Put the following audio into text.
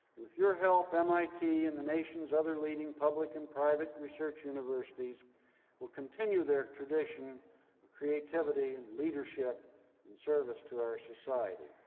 with your help, mit and the nation's other leading public and private research universities will continue their tradition of creativity and leadership and service to our society.